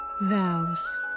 Vows